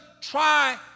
try